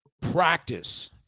practice